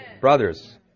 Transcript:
Brothers